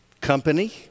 company